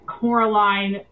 Coraline